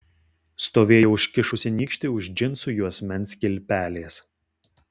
stovėjo užkišusi nykštį už džinsų juosmens kilpelės